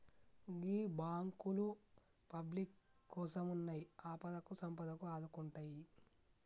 గీ బాంకులు పబ్లిక్ కోసమున్నయ్, ఆపదకు సంపదకు ఆదుకుంటయ్